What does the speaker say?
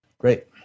Great